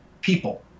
people